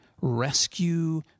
rescue